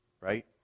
right